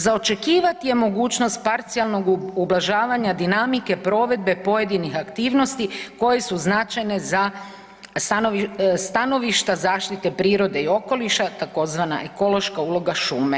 Za očekivati je mogućnost parcijalnog ublažavanja dinamike provedbe pojedinih aktivnosti koje su značajne za stanovišta zaštite prirode i okoliša, tzv. ekološka uloga šume.